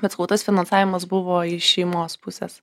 bet sakau tas finansavimas buvo iš šeimos pusės